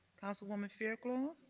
councilwoman fairclough. um